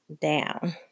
down